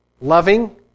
loving